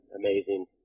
amazing